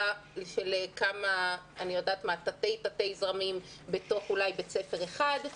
של כמה תתי זרמים בתוך אולי בית ספר אחד.